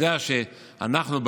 יודע שאנחנו,